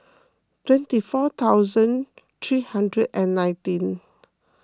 twenty four thousand three hundred and nineteen